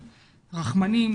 רחמנים,